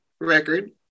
record